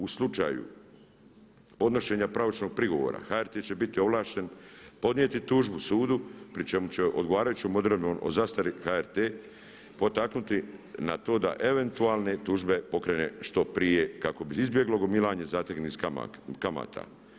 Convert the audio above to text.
U slučaju podnošenja pravomoćnog prigovora, HRT će biti ovlašten podnijeti tužbu sudu pri čemu će odgovarajućom odredbi o zastari HRT potaknuti na to da eventualne tužbe pokrene što prije kako bi se izbjeglo gomilanje zateznih kamata.